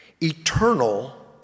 Eternal